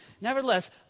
nevertheless